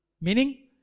Meaning